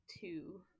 two